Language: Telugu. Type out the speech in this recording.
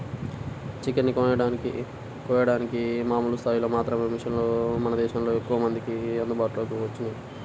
చికెన్ ని కోయడానికి మామూలు స్థాయిలో మాత్రమే మిషన్లు మన దేశంలో ఎక్కువమందికి అందుబాటులోకి వచ్చినియ్యి